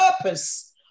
purpose